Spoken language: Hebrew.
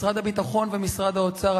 משרד הביטחון ומשרד האוצר,